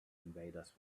invaders